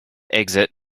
exit